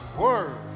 word